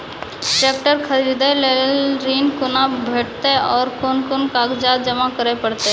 Tractor खरीदै लेल ऋण कुना भेंटते और कुन कुन कागजात जमा करै परतै?